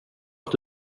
att